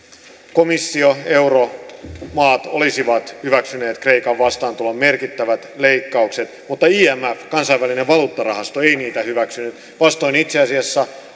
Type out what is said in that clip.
komissio euromaat olisivat hyväksyneet kreikan vastaantulon merkittävät leikkaukset mutta imf kansainvälinen valuuttarahasto ei niitä hyväksynyt itse asiassa